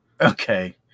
okay